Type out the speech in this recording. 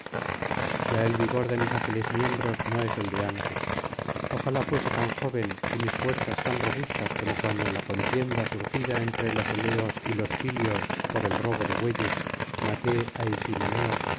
ya el vigor de mis ágiles miembros no es el de antes ojalá fuese tan joven y mis fuerzas tan robustas como cuando en la contienda surgida entre los eleos y los pilios por el robo de bueyes maté á itimoneo hijo